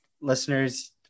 listeners